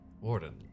Warden